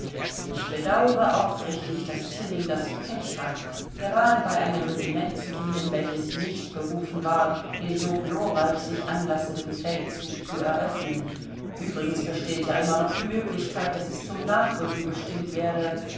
ich bedaure aufrichtig daß tilling das pech hat gerade bei einem regiment zu dienen welches nicht berufen war den so glorreich sich anlassenden feldzug zu eröffnen übrigens besteht ja immer noch die möglichkeit daß es zum nachrücken bestimmt werde